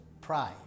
pride